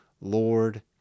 Lord